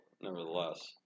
nevertheless